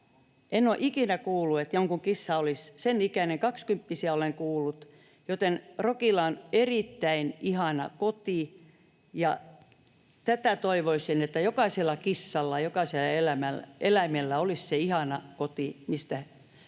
En ole ikinä kuullut, että jonkun kissa olisi sen ikäinen, kaksikymppisistä olen kuullut. Rockylla on erittäin ihana koti, ja toivoisin, että jokaisella kissalla ja jokaisella eläimellä olisi se ihana koti, missä heistä